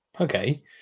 okay